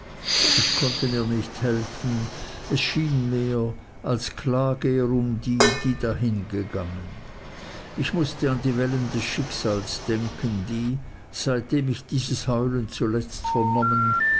ich konnte mir nicht helfen es schien mir als klage er um die die dahingegangen ich mußte an die wellen des schicksals denken die seitdem ich dieses heulen zuletzt vernommen